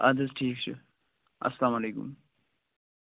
اَدٕ حظ ٹھیٖک چھُ اَسلامُ علیکُم